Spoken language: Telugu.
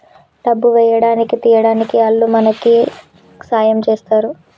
డబ్బు వేయడానికి తీయడానికి ఆల్లు మనకి సాయం చేస్తరు